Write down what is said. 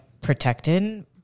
protected